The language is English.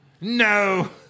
no